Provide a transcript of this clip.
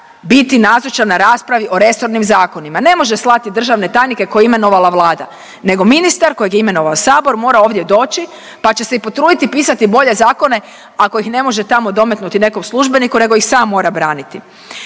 biti nazočan na raspravi i resornim zakonima, ne može slati državne tajnike koje je imenovala Vlada, nego ministar kojeg je imenovao sabor mora ovdje doći pa će se i potruditi pisati bolje zakone ako ih ne može tamo dometnuti nekom službeniku nego ih sam mora braniti.